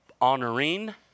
honoring